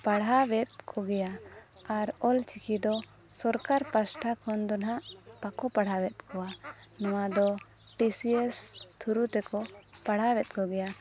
ᱯᱟᱲᱦᱟᱣᱮᱫ ᱠᱚᱜᱮᱭᱟ ᱟᱨ ᱚᱞᱪᱤᱠᱤ ᱫᱚ ᱥᱚᱨᱠᱟᱨ ᱯᱟᱥᱴᱷᱟ ᱠᱷᱚᱱ ᱫᱚ ᱱᱟᱦᱟᱸᱜ ᱵᱟᱠᱚ ᱯᱟᱲᱦᱟᱣᱮᱫ ᱠᱚᱣᱟ ᱱᱚᱣᱟ ᱫᱚ ᱴᱤ ᱥᱤ ᱮᱥ ᱛᱷᱩᱨᱩ ᱛᱮᱠᱚ ᱯᱟᱲᱦᱟᱣᱮᱫ ᱠᱚᱜᱮᱭᱟ